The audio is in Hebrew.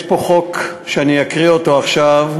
יש פה חוק שאני אקריא אותו עכשיו,